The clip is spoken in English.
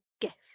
gift